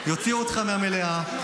יוציאו אותך מהמליאה,